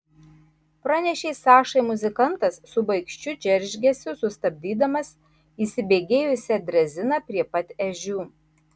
pranešė sašai muzikantas su baikščių džeržgesiu sustabdydamas įsibėgėjusią dreziną prie pat ežių